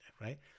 right